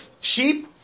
sheep